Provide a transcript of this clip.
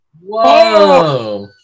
Whoa